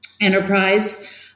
enterprise